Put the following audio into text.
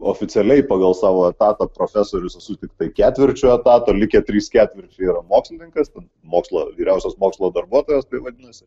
oficialiai pagal savo etatą profesorius esu tiktai ketvirčiu etato likę trys ketvirčiai yra mokslininkas mokslo vyriausias mokslo darbuotojas tai vadinasi